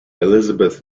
elizabeth